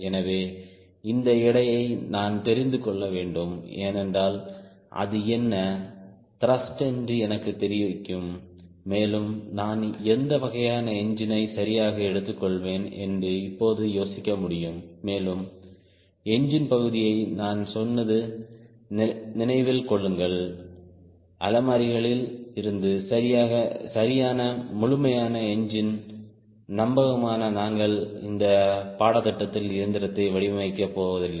எனவே இந்த எடையை நான் தெரிந்து கொள்ள வேண்டும் ஏனென்றால் அது என்ன த்ருஷ்ட் என்று எனக்குத் தெரிவிக்கும் மேலும் நான் எந்த வகையான என்ஜினை சரியாக எடுத்துக்கொள்வேன் என்று இப்போது யோசிக்க முடியும் மேலும் என்ஜின் பகுதியை நான் சொன்னது நினைவில் கொள்ளுங்கள் அலமாரிகளில் இருந்து சரியான முழுமையான என்ஜின் நம்பகமானவை நாங்கள் இந்த பாடத்திட்டத்தில் இயந்திரத்தை வடிவமைக்கப் போவதில்லை